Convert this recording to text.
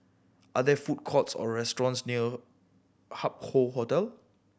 are there food courts or restaurants near Hup Hoe Hotel